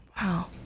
Wow